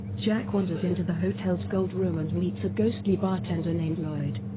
jack wanders into the hotel's gold room and meets a ghostly bartender named lloyd.